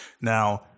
Now